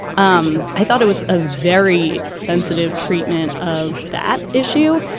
um i thought it was a very sensitive treatment of that issue.